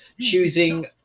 choosing